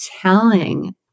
telling